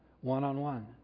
one-on-one